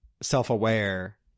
self-aware